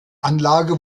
anlage